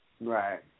Right